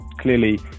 clearly